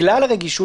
נפשך?